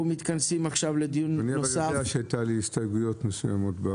אנחנו מתכנסים עכשיו לדיון נוסף --- היו לי הסתייגויות מסוימות בחוק.